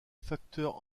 facteurs